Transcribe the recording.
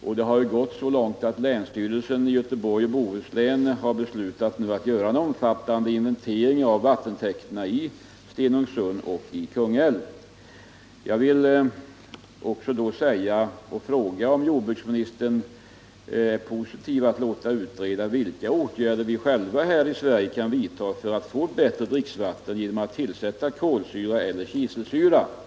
Det har gått så långt att länsstyrelsen i Göteborgs och Bohus län nu har beslutat att göra en omfattande inventering av vattentäkterna i Stenungsund och i Kungälv. Jag vill mot den bakgrunden fråga om jordbruksministern ställer sig positiv till att låta utreda vilka åtgärder vi kan vidta själva här i Sverige för att få ett bättre dricksvatten. En åtgärd som skulle kunna prövas är att tillsätta kolsyra eller kiselsyra i vattnet.